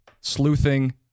sleuthing